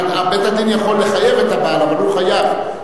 בית-הדין יכול לחייב את הבעל, אבל הוא חייב.